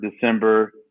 December